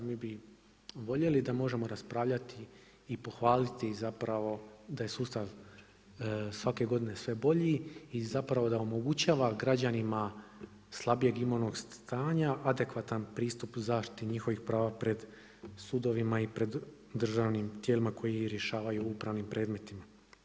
Mi bi voljeli da možemo raspravljati i pohvaliti zapravo da je sustav svake godine sve bolji i zapravo da omogućava građanima slabijeg imovnog stanja adekvatan pristup zaštiti njihovih prava pred sudovima i pred državnim tijelima koji rješavaju u upravnim predmetima.